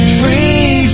free